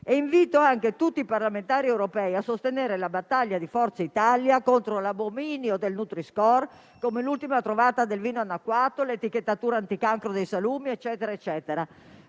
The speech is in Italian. Invito anche tutti i parlamentari europei a sostenere la battaglia di Forza Italia contro l'abominio del nutri-score, l'ultima trovata del vino annacquato, l'etichettatura anticancro dei salumi, eccetera.